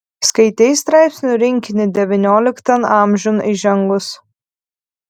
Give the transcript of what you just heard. skaitei straipsnių rinkinį devynioliktan amžiun įžengus